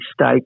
state